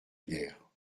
guerre